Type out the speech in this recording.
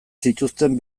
zituzten